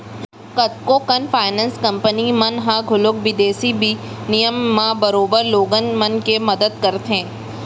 कतको कन finance company मन ह घलौक बिदेसी बिनिमय म बरोबर लोगन मन के मदत करथे